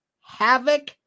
havoc